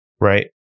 right